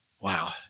wow